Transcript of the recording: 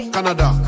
Canada